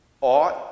ought